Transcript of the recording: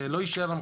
שלא יישאר לנו,